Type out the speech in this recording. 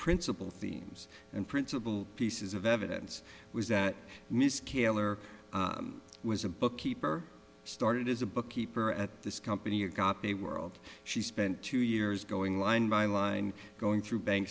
principal themes and principal pieces of evidence was that miss kaylor was a bookkeeper started as a bookkeeper at this company and got a world she spent two years going line by line going through bank